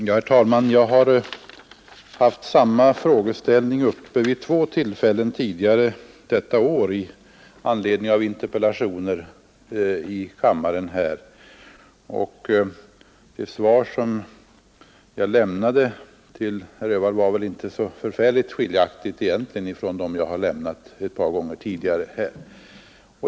Herr talman! Jag har haft samma frågeställning uppe till diskussion vid två tillfällen tidigare detta år i anledning av interpellationer här i kammaren, och det svar som jag lämnade till herr Öhvall skilde sig väl egentligen inte så oerhört mycket från dem jag lämnat ett par gånger tidigare.